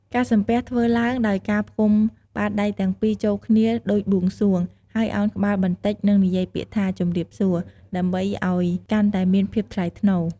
ការសំពះធ្វើឡើងដោយការផ្គុំបាតដៃទាំងពីរចូលគ្នាដូចបួងសួង ហើយឱនក្បាលបន្តិច និងនិយាយពាក្យថា ជម្រាបសួរ ដើម្បីអោយកាន់តែមានភាពថ្លៃថ្នូរ។